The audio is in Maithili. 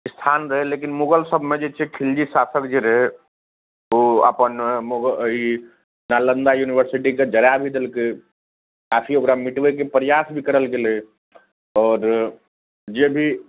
स्थान रहय लेकिन मुगल सबमे जे छै खिलजी शासक जे रहय ओ अपन मुगा यूनिवर्सिटीके जरा भी देलकय काफी ओकरा मिटबयके प्रयास भी करल गेलय आओर जे भी